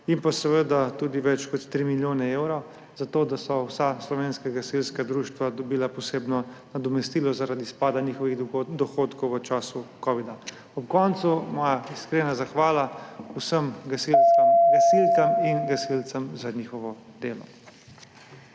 in tudi več kot 3 milijone evrov za to, da so vsa slovenska gasilska društva dobila posebno nadomestilo zaradi izpada njihovih dohodkov v času covida. Ob koncu moja iskrena zahvala vsem gasilkam in gasilcem za njihovo delo.